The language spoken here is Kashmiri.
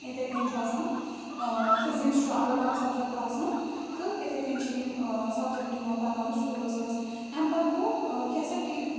اِتھَے کٔنۍ چھُ آسان فِزِکٕس چھُ الگ اکھ سَبجَکٹ آسان تہٕ اِتھَے کٔنۍ چھِ یِم سَبجَکٹ یِوان پَرناونہٕ سکوٗلَس منٛز اَمہِ پَتہٕ گوٚو کیٛاہ سا ٹی